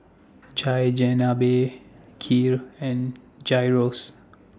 Chigenabe Kheer and Gyros